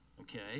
okay